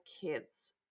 kids